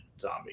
zombie